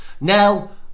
Now